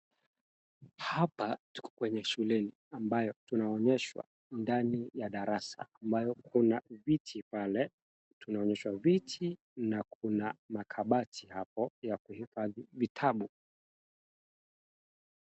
Hapa tuko kwenye shuleni ambayo tunaonyeshwa ndani ya darasa ambayo kuna viti pile. Tunaonyeshwa viti na kuna makabati hapo ya kuweka vitabu.